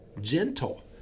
gentle